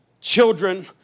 children